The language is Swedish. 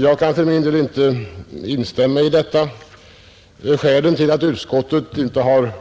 Jag kan för min del inte instämma, Skälen till att utskottet inte har